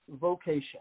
vocation